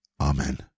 Amen